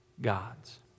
gods